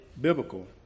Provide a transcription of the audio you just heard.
biblical